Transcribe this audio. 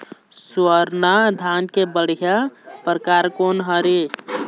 स्वर्णा धान के बढ़िया परकार कोन हर ये?